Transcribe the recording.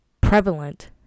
prevalent